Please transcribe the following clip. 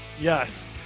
yes